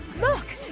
look!